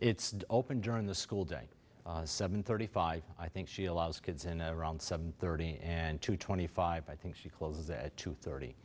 it's open during the school day seven thirty five i think she allows kids in a around seven thirty and to twenty five i think she closes at two thirty